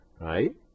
right